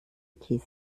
käse